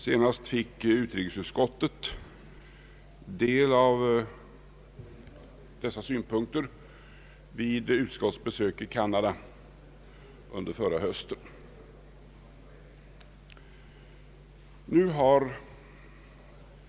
Senast fick utrikesutskottet del av sådana synpunkter vid sitt besök i Canada under förra hösten.